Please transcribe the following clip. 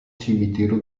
cimitero